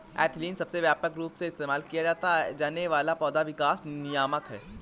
ethylene सबसे व्यापक रूप से इस्तेमाल किया जाने वाला पौधा विकास नियामक है